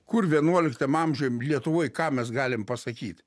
kur vienuoliktam amžiam lietuvoje ką mes galim pasakyt